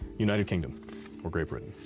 united kingdom or great britain.